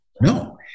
no